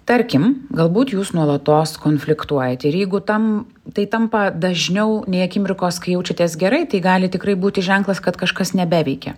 tarkim galbūt jūs nuolatos konfliktuojat ir jeigu tam tai tampa dažniau nei akimirkos kai jaučiatės gerai tai gali tikrai būti ženklas kad kažkas nebeveikia